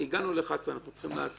הגענו ל-11:00, אנחנו צריכים לעצור.